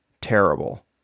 Terrible